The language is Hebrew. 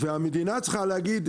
והמדינה צריכה להגיד,